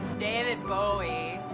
david bowie.